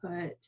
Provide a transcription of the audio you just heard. put